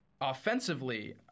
offensively